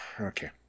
okay